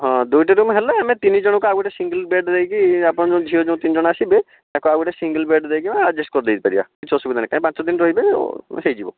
ହଁ ଦୁଇଟି ରୁମ୍ ହେଲେ ଆମେ ତିନିଜଣଙ୍କୁ ଆଉ ଗୋଟିଏ ସିଙ୍ଗଲ୍ ବେଡ଼୍ ଦେଇକି ଆପଣଙ୍କର ଝିଅ ଯେଉଁ ତିନିଜଣ ଆସିବେ ତାକୁ ଆଉ ଗୋଟିଏ ସିଙ୍ଗଲ୍ ବେଡ଼୍ ଦେଇକି ମୁଁ ଆଡ଼ଜେଷ୍ଟ କରି ଦେଇପାରିବା କିଛି ଅସୁବିଧା ନାହିଁ ପାଞ୍ଚଦିନ ରହିବେ ହୋଇଯିବ